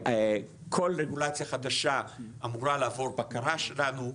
כל רגולציה חדשה אמורה לעבור בקרה שלנו.